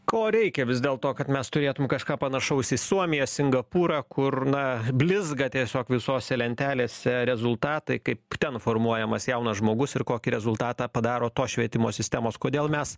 ko reikia vis dėlto kad mes turėtum kažką panašaus į suomiją singapūrą kur na blizga tiesiog visose lentelėse rezultatai kaip ten formuojamas jaunas žmogus ir kokį rezultatą padaro tos švietimo sistemos kodėl mes